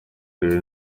reka